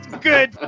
Good